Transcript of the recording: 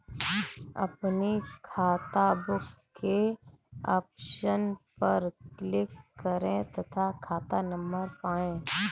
अपनी खाताबुक के ऑप्शन पर क्लिक करें तथा खाता नंबर पाएं